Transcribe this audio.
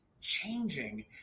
changing